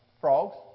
Frogs